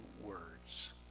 words